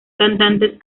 cantantes